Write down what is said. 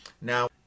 Now